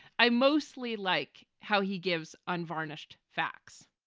i mostly like how he gives unvarnished facts.